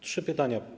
Trzy pytania.